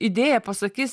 idėją pasakys